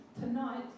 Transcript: Tonight